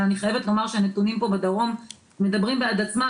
אבל אני חייבת לומר שהנתונים פה בדרום מדברים בעד עצמם.